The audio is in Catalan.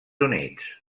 units